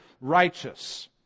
righteous